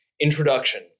Introduction